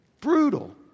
Brutal